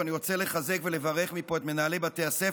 ואני רוצה לחזק ולברך מפה את מנהלי בתי הספר,